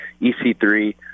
EC3